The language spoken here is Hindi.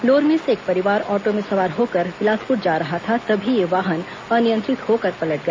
लोरमी से एक परिवार ऑटो में सवार होकर बिलासपुर जा रहे थे तभी यह वाहन अनियंत्रित होकर पलट गया